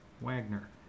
Wagner